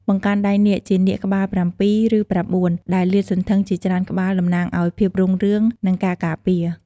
បង្កាន់ដៃនាគ ជានាគក្បាលប្រាំពីរ ឬប្រាំបួន ដែលលាតសន្ធឹងជាច្រើនក្បាលតំណាងឲ្យភាពរុងរឿង និងការការពារ។